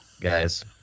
Guys